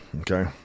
okay